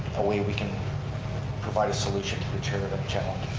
a way we can provide a solution to the chair-a-van challenge.